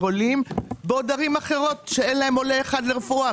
עולים בעוד ערים אחרות שאין להם עולה אחד לרפואה,